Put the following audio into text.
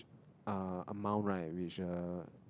uh amount right which uh